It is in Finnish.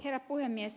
herra puhemies